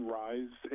rise